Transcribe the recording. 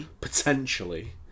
potentially